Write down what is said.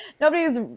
nobody's